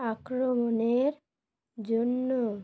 আক্রমণের জন্য